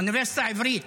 האוניברסיטה העברית,